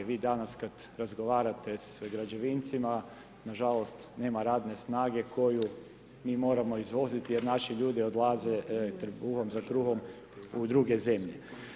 Vi danas kada razgovarate s građevincima, na žalost nema radne snage koju mi moramo izvoziti jer naši ljudi odlaze trbuhom za kruhom u druge zemlje.